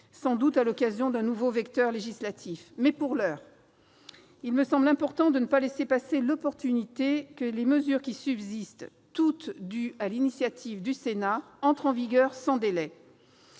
sans doute à l'occasion d'un nouveau vecteur législatif. Pour l'heure, il me semble important de ne pas laisser passer l'opportunité de voir les mesures qui subsistent, toutes dues à l'initiative du Sénat, entrer en vigueur sans délai.